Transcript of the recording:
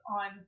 on